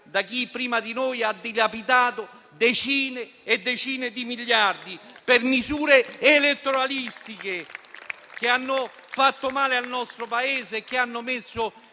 da chi prima di noi ha dilapidato decine e decine di miliardi per misure elettoralistiche, che hanno fatto male al nostro Paese e hanno messo